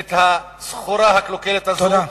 את הסחורה הקלוקלת הזאת.